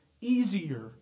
easier